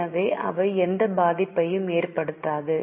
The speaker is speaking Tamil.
எனவே அவை எந்த பாதிப்பையும் ஏற்படுத்தாது